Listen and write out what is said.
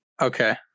Okay